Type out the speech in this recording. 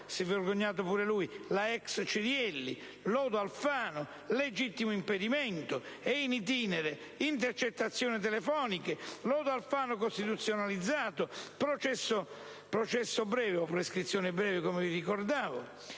(si è vergognato pure lui); lodo Alfano, legittimo impedimento e, *in itinere,* intercettazioni telefoniche; lodo Alfano costituzionalizzato; processo breve o prescrizione breve (come ricordavo);